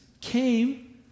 came